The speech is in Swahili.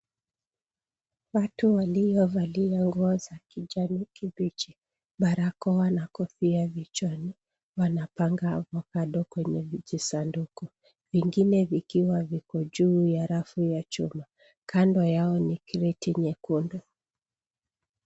Watu waliovalia nguo za kijani kibichi, barakoa na kofia vichwani ,wanapanga avakado kwenye visanduku, vingine vikiwa viko juu ya rafu za chuma kando yao ni kreti nyekundu.